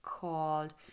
called